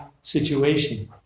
situation